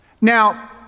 Now